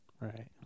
Right